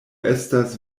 estas